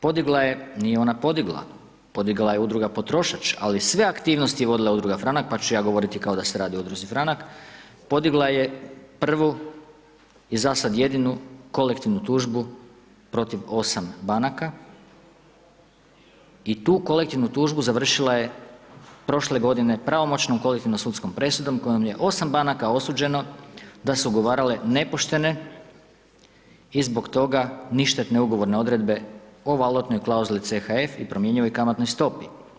Podigla je, nije ona podigla, podigla je Udruga Potrošač, ali sve aktivnosti je vodila Udruga Franak, pa ću ja govoriti kao da se radi o Udruzi Franak, podigla je prvu i za sada jedinu kolektivnu tužbu protiv 8 banaka i tu kolektivnu tužbu završila je prošle godine pravomoćnom kolektivnom sudskom presudom kojom je 8 banaka osuđeno da su ugovarale nepoštene i zbog toga ništetne ugovorne odredbe o valutnoj klauzuli CHF i promjenjivoj kamatnoj stopi.